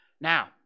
Now